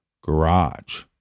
garage